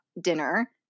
dinner